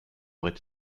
aurait